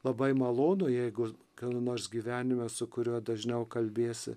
labai malonu jeigu kada nors gyvenime su kuriuo dažniau kalbiesi